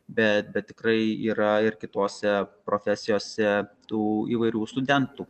bet tikrai yra ir kitose profesijose tų įvairių studentų